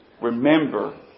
Remember